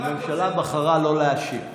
הממשלה בחרה לא להשיב.